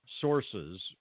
sources